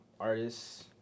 Artists